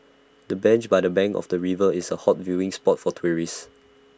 the bench by the bank of the river is A hot viewing spot for tourists